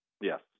Yes